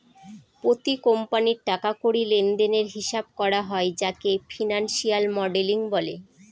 প্রতি কোম্পানির টাকা কড়ি লেনদেনের হিসাব করা হয় যাকে ফিনান্সিয়াল মডেলিং বলে